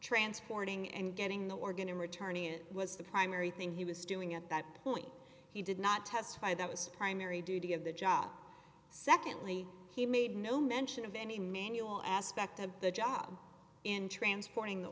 transporting and getting the organ to return it was the primary thing he was doing at that point he did not testify that was a primary duty of the job secondly he made no mention of any manual aspect of the job in transporting the